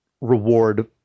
reward